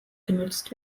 genutzt